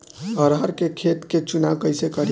अरहर के खेत के चुनाव कईसे करी?